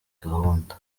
gahunda